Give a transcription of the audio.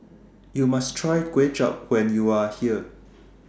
YOU must Try Kuay Chap when YOU Are here